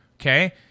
okay